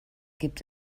gibt